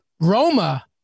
Roma